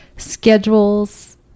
schedules